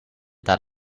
that